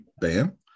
Bam